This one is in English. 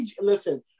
listen